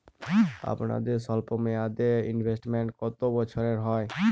আপনাদের স্বল্পমেয়াদে ইনভেস্টমেন্ট কতো বছরের হয়?